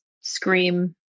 scream